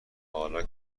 حالا